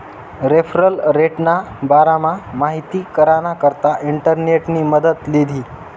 referral रेटना बारामा माहिती कराना करता इंटरनेटनी मदत लीधी